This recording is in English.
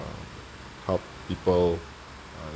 help people